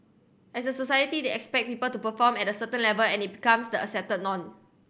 as a society they expect people to perform at a certain level and it becomes the accepted norm